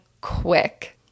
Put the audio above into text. quick